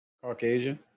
Caucasian